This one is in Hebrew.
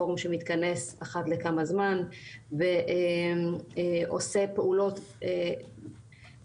פורום שמתכנס אחת לכמה זמן ועושה פעולות גם